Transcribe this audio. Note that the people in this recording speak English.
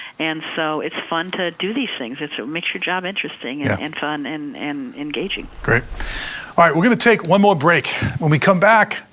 and so it's fun to do these things. it ah makes your job interesting yeah and fun and and engaging. greg we're going to take one more break. when we come back,